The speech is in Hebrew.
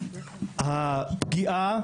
הפגיעה,